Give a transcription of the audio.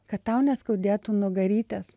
kad tau neskaudėtų nugarytės